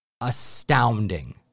Astounding